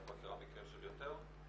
את מכירה מקרים של יותר?